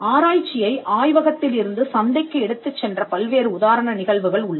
ஆராய்ச்சியைஆய்வகத்தில் இருந்து சந்தைக்கு எடுத்துச் சென்ற பல்வேறு உதாரண நிகழ்வுகள் உள்ளன